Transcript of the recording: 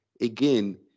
again